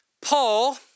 Paul